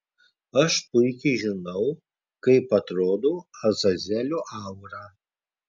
aš puikiai žinau kaip atrodo azazelio aura